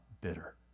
bitter